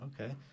Okay